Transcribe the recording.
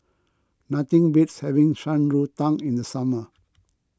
nothing beats having Shan Rui Tang in the summer